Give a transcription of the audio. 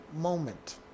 moment